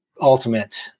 ultimate